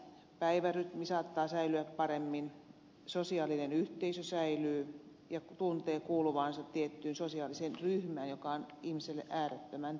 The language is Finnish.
päivärytmi saattaa säilyä paremmin sosiaalinen yhteisö säilyy ja tuntee kuuluvansa tiettyyn sosiaaliseen ryhmään joka on ihmiselle äärettömän tärkeää